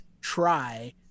try